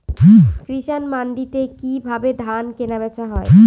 কৃষান মান্ডিতে কি ভাবে ধান কেনাবেচা হয়?